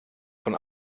von